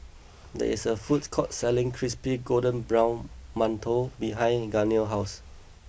there is a food court selling Crispy Golden Brown Mantou behind Gaynell's house